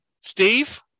Steve